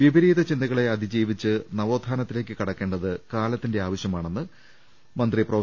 വിപരീത ചിന്തകളെ അതിജീവിച്ച് നവോത്ഥാനത്തിലേക്ക് കട ക്കേണ്ടത് കാലത്തിന്റെ ആവശ്യമാണെന്ന് മന്ത്രി പ്രൊഫ